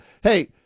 hey